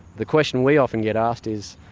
the question we often get asked is,